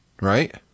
right